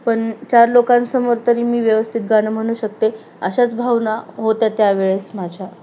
पण चार लोकांसमोर तरी मी व्यवस्थित गाणं म्हणू शकते अशाच भावना होत्या त्यावेळेस माझ्या